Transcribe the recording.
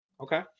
Okay